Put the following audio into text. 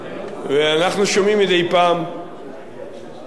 ואנחנו שומעים מדי פעם זה חיוך